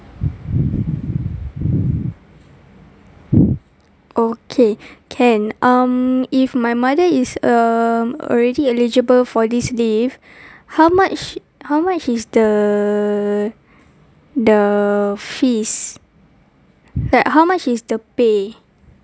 okay can um if my mother is um already eligible for this leave how much how much is the the fees like how much is the pay